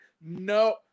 No